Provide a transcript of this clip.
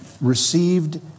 received